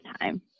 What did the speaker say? time